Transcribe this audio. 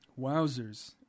wowzers